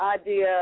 idea